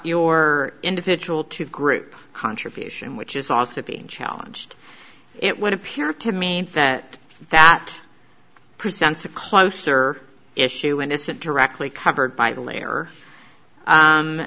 your individual to group contribution which is also being challenged it would appear to me that that presents a closer issue and isn't directly covered by the layer